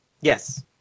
Yes